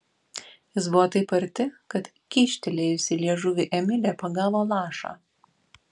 jis buvo taip arti kad kyštelėjusi liežuvį emilė pagavo lašą